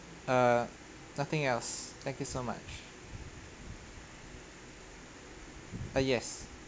uh nothing else thank you so much ah yes